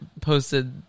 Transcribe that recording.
posted